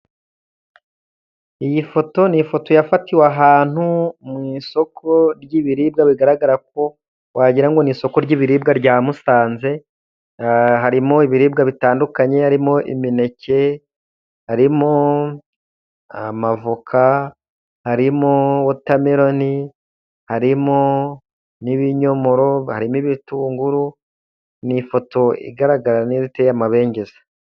Iyi foto ni ifoto yafatiwe ahantu mu isoko ry'ibiribwa, bigaragara ko wagirango n'i isoko ry'ibiribwa rya Musanze. Harimo ibiribwa bitandukanye: harimo imineke, harimo amavoka, arimo wotameroni, harimo n'ibinyomoro, harimo ibitunguru. Ni ifoto igaragara nk'iteye mabengeza.